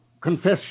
confess